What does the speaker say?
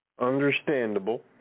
Understandable